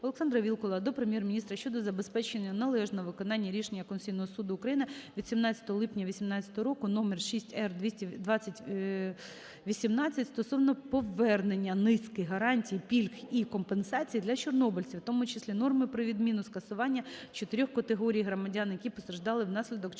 Олександра Вілкула до Прем'єр-міністра щодо забезпечення належного виконання рішення Конституційного Суду України від 17 липня 2018 року № 6-р/2018 стосовно повернення низки гарантій, пільг і компенсацій для чорнобильців, у тому числі норми про відміну скасування 4 категорії громадян, які постраждали внаслідок Чорнобильської